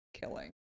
killing